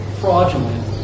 fraudulent